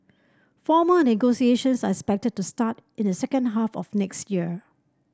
formal negotiations are expected to start in the second half of next year